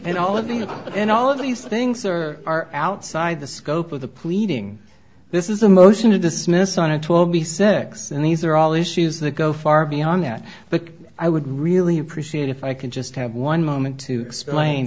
and all of you know and all of these things are are outside the scope of the pleading this is a motion to dismiss on a twelve b sex and these are all issues that go far beyond that but i would really appreciate if i can just have one moment to explain